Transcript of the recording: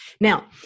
Now